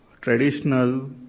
traditional